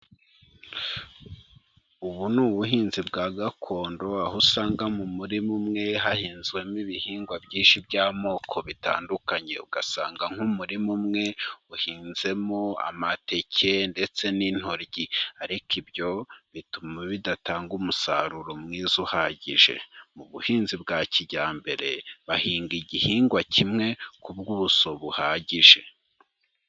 Ubu ni ubuhinzi bwa gakondo, aho usanga mu murima umwe hahinzwemo ibihingwa byinshi by'amoko bitandukanye, ugasanga nk'umurima umwe uhinzemo amateke ndetse n'intoryi, ariko ibyo bituma bidatanga umusaruro mwiza uhagije. Mu buhinzi bwa kijyambere, bahinga igihingwa kimwe ku bwuso buhagije.